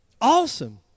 awesome